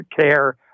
care